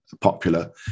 popular